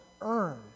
earn